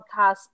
podcast